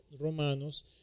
romanos